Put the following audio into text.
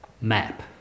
map